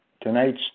tonight's